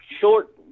Short-